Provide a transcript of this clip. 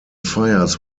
fires